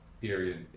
period